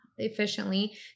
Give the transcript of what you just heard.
efficiently